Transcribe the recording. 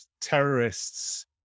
terrorists